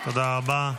תודה רבה.